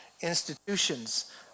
institutions